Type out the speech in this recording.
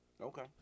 Okay